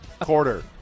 quarter